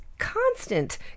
constant